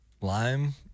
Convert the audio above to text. Lime